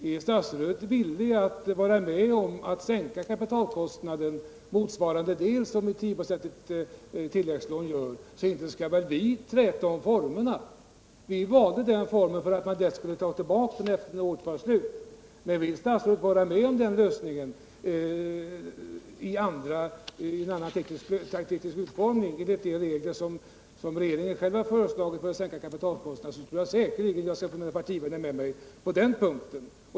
Är statsrådet villig att vara med om att sänka kapitalkostnaden så mycket som motsvarar ett tilläggslån på 10 96 av låneunderlaget, så inte skall väl vi träta om formerna. Vi socialdemokrater valde formen med ett tilläggslån som skall upphöra att utgå vid årets slut. Men vill statsrådet vara med om en lösning i annan teknisk utformning enligt dé regler som regeringen själv har föreslagit för att sänka kapitalkostnaden, tror jag säkert att jag skall få mina partivänner med mig på den punkten.